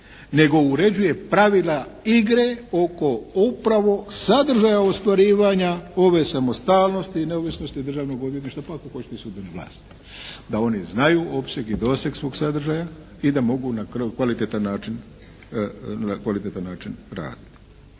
Nego uređuje pravila igre oko upravo sadržaja ostvarivanja ove samostalnosti i neovisnosti Državnog odvjetništva pa ako hoćete i sudbene vlasti. Da oni znaju opseg i doseg svog sadržaja i da mogu na kvalitetan način, na